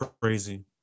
Crazy